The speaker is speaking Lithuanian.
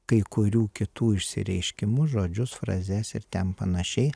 kai kurių kitų išsireiškimus žodžius frazes ir ten panašiai